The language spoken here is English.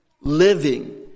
living